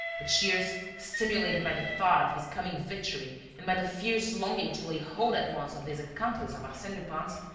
but shears, stimulated by the thought of his coming victory and by the fierce longing to lay hold at once of this accomplice of arsene lupin's,